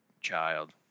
child